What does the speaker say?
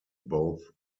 both